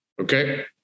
Okay